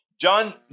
John